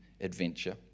adventure